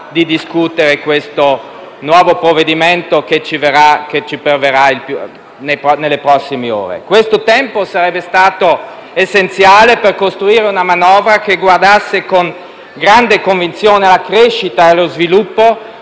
di discutere il nuovo provvedimento che perverrà nelle prossime ore. Questo tempo sarebbe stato essenziale per costruire una manovra che guardasse con grande convinzione alla crescita e allo sviluppo,